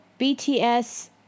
BTS